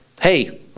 hey